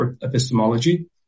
epistemology